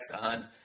on